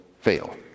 fail